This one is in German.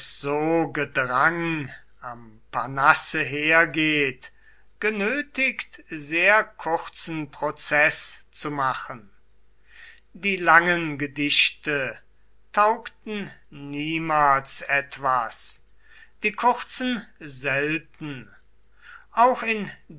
so gedrang am parnasse hergeht genötigt sehr kurzen prozeß zu machen die langen gedichte taugten niemals etwas die kurzen selten auch in